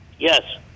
Yes